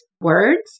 words